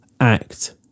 act